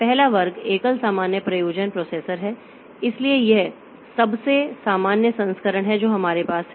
पहला वर्ग एकल सामान्य प्रयोजन प्रोसेसर है इसलिए यह सबसे सामान्य संस्करण है जो हमारे पास है